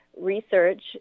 research